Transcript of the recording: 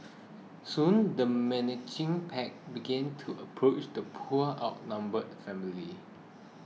soon the menacing pack began to approach the poor outnumbered family